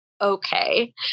okay